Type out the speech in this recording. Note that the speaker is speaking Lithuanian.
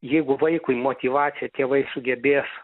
jeigu vaikui motyvaciją tėvai sugebės